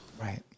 Right